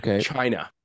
China